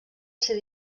ser